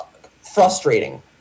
frustrating